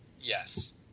Yes